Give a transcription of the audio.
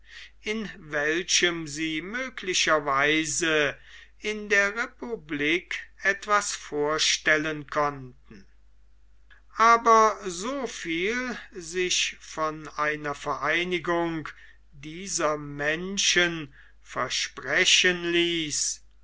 in welchem sie möglicherweise in der republik etwas vorstellen konnten aber so viel sich von einer vereinigung dieser menschen versprechen ließ